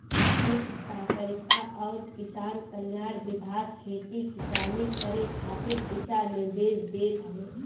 कृषि सहकारिता अउरी किसान कल्याण विभाग खेती किसानी करे खातिर दिशा निर्देश देत हवे